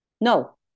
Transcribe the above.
No